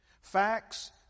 Facts